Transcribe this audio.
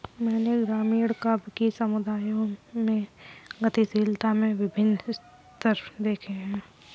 मैंने ग्रामीण काव्य कि समुदायों में गतिशीलता के विभिन्न स्तर देखे हैं